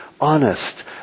honest